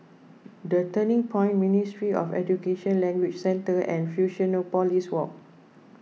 the Turning Point Ministry of Education Language Centre and Fusionopolis Walk